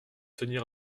tenir